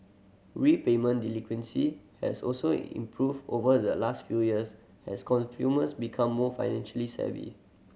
repayment delinquency has also improved over the last few years as consumers become more financially savvy